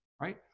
Right